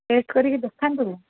test କରିକି ଦେଖାନ୍ତୁ